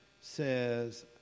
says